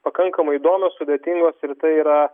pakankamai įdomios sudėtingos ir tai yra